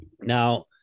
Now